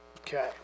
Okay